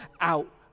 out